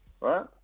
right